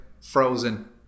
frozen